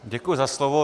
Děkuji za slovo.